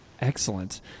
Excellent